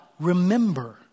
Remember